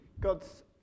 God's